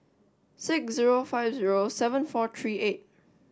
six zero five zero seven four three eight